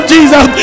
Jesus